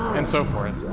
and so forth.